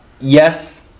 Yes